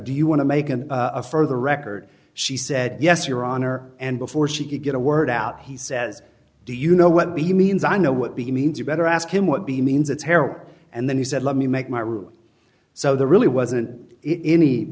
do you want to make an affair the record she said yes your honor and before she could get a word out he says do you know what he means i know what he means you better ask him what be means it's and then he said let me make my route so there really wasn't any